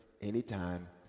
anytime